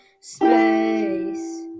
space